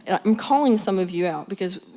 and i'm calling some of you out, because,